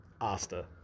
Asta